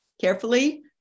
carefully